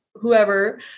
whoever